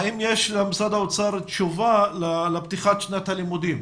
האם יש למשרדה אוצר תשובה לפתיחת שנת הלימודים?